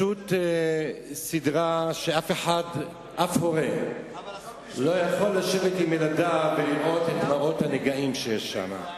אף הורה לא יכול לשבת עם ילדיו ולראות את מראות הנגעים שיש שם,